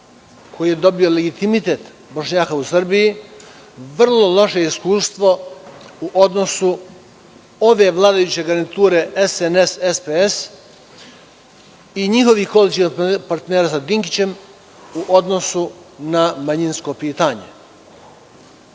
koji je dobio legitimitet Bošnjaka u Srbiji, vrlo loše iskustvo u odnosu ove vladajuće garniture SNS – SPS i njihovih koalicionih partnera sa Dinkićem u odnosu na manjinsko pitanje. Četiri